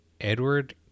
Edward